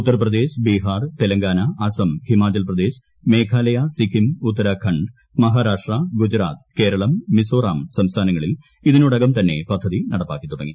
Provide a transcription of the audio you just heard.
ഉത്തർപ്രദേശ് ബിഹാർ തെലങ്കാന അസം ഹിമാചൽ പ്രദേശ് മേഘാലയ സിക്കിം ഉത്തരാഖണ്ഡ് മഹാരാഷ്ട്ര ഗുജറാത്ത് കേരളം മിസോറാം സംസ്ഥാനങ്ങളിൽ ഇതിനോടകം തന്നെ പദ്ധതി നടപ്പാക്കി തുടങ്ങി